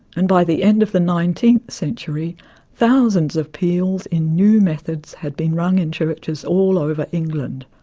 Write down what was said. and by the end of the nineteenth century thousands of peals in new methods had been rung in churches all over england.